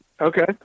Okay